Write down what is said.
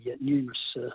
numerous